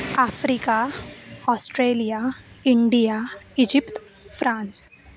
Africa Australia India Egypt France